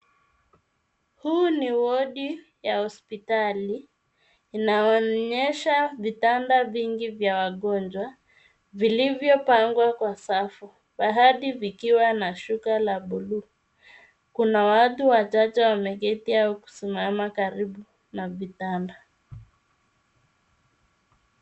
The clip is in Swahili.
Huu ni wodi ya hospitali inayoonyesha vitanda vingi vya wagonjwa vilivyopangwa kwa safu baadhi vikiwa na shuka la buluu, kuna watu wachache wameketi au kusimama karibu na vitanda.